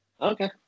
Okay